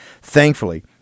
Thankfully